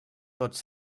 tots